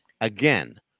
again